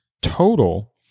total